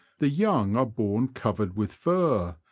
the young are born covered with fur,